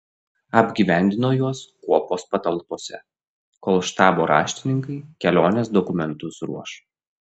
apgyvendino juos kuopos patalpose kol štabo raštininkai kelionės dokumentus ruoš